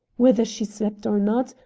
whether she slept or not,